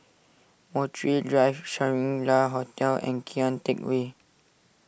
Montreal Drive Shangri La Hotel and Kian Teck Way